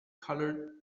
colored